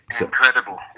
Incredible